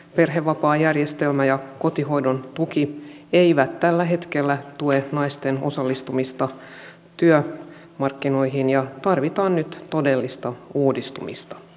perhevapaajärjestelmä ja kotihoidon tuki eivät tällä hetkellä tue naisten osallistumista työmarkkinoihin ja tarvitaan nyt todellista uudistumista